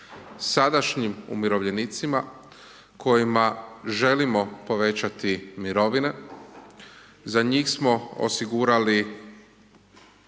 Sadašnjim umirovljenicima, kojima želimo povećati mirovine, za njih smo osigurali